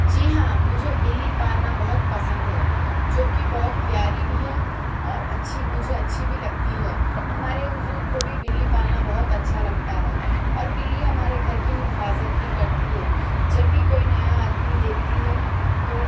جی ہاں مجھے بلی پالنا بہت پسند ہے جو کہ بہت پیاری بھی ہے اور اچھی مجھے اچھی بھی لگتی ہے ہمارے حضور کو بھی بلی پالنا بہت اچھا لگتا ہے اور بلی ہمارے گھر کی حفاظت بھی کرتی ہے جب بھی کوئی نیا آدمی دیکھتی ہے تو